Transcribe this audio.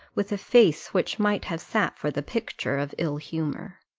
with a face which might have sat for the picture of ill-humour.